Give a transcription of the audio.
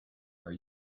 are